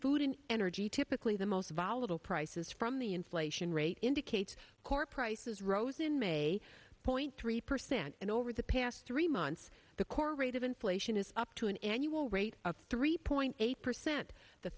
food and energy typically the most volatile prices from the inflation rate indicates core prices rose in may point three percent and over the past three months the core rate of inflation is up to an annual rate of three point eight percent the